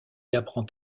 apprend